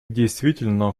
действительно